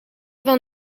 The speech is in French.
vingt